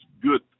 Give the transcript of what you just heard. good